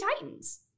Titans